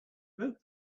wrote